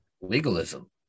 legalism